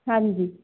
ਹਾਂਜੀ